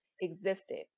existed